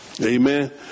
Amen